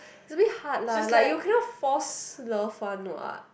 it's a bit hard lah like you cannot force love one what